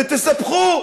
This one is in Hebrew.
ותספחו.